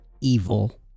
evil